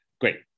Great